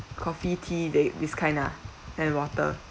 coffee tea that it this kind and water